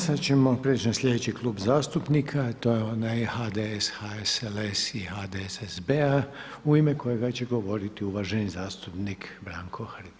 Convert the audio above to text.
Sada ćemo preći na sljedeći Klub zastupnika, a to je onaj HDS-HSLS-HDSSB-a u ime kojega će govoriti uvaženi zastupnik Branko Hrg.